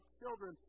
children